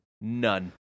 none